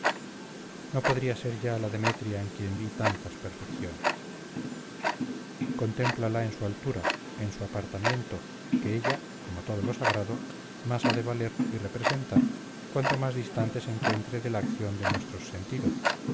no podría ser ya la demetria en quien vi tantas perfecciones contémplala en su altura en su apartamiento que ella como todo lo sagrado más ha de valer y representar cuanto más distante se encuentre de la acción de nuestros sentidos